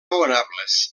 raonables